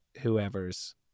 whoever's